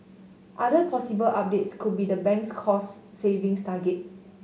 other possible updates could be the bank's cost savings target